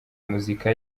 muzika